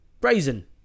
Brazen